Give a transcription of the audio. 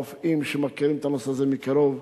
רופאים שמכירים את הנושא הזה מקרוב,